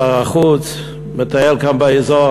שר החוץ מטייל כאן באזור.